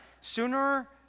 sooner